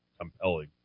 Compelling